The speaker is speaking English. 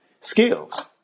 skills